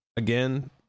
Again